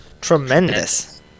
Tremendous